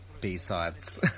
B-sides